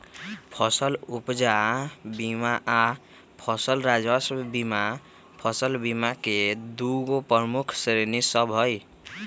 फसल उपजा बीमा आऽ फसल राजस्व बीमा फसल बीमा के दूगो प्रमुख श्रेणि सभ हइ